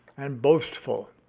and boastful.